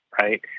right